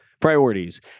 priorities